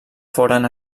foren